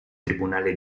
tribunale